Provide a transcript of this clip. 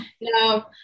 no